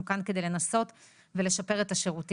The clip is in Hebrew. אנחנו כאן כדי לנסות ולשפר את השירותים.